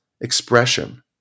expression